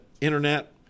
internet